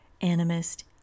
animist